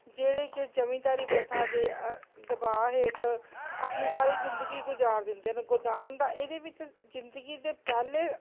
ਜਿਹੜੇ ਕਿ ਜਮੀਂਦਾਰੀ ਪ੍ਰਥਾ ਦੇ ਦਬਾਅ ਹੇਠ ਆਪਣੀ ਸਾਰੀ ਜ਼ਿੰਦਗੀ ਗੁਜ਼ਾਰ ਦਿੰਦੇ ਨੇ ਗੋਦਾਨ ਦਾ ਇਹਦੇ ਵਿੱਚ ਜ਼ਿੰਦਗੀ ਦੇ ਪਹਿਲੇ